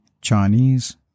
Chinese